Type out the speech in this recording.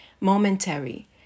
momentary